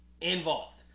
involved